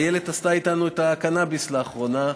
איילת עשתה איתנו את הקנאביס לאחרונה,